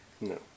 No